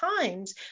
times